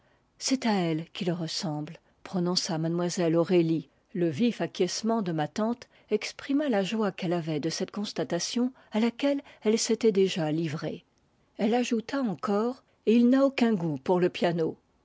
c'est à elle qu'il ressemble prononça mlle aurélie le vif acquiescement de ma tante exprima la joie qu'elle avait de cette constatation à laquelle elle s'était déjà livrée elle ajouta encore et il n'a aucun goût pour le piano